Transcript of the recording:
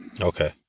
Okay